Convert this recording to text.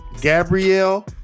Gabrielle